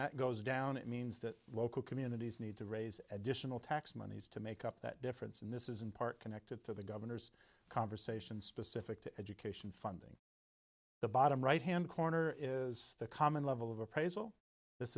that goes down it means that local communities need to raise additional tax monies to make up that difference and this is in part connected to the governor's conversation specific to education funding the bottom right hand corner is the common level of appraisal this